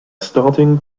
starting